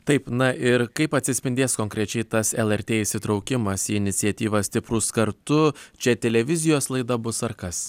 taip na ir kaip atsispindės konkrečiai tas lrt įsitraukimas į iniciatyvą stiprūs kartu čia televizijos laida bus ar kas